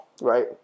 right